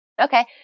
Okay